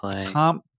Tom